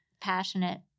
passionate